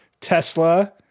Tesla